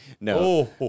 No